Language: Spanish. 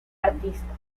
artista